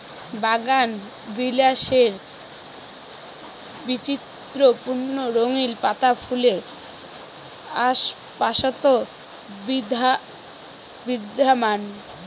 বাগানবিলাসের বৈচিত্র্যপূর্ণ রঙিন পাতা ফুলের আশপাশত বিদ্যমান